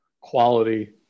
quality